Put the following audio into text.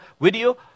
video